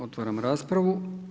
Otvaram raspravu.